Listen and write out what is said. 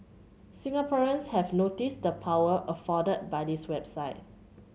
Singaporeans have noticed the power afforded by this website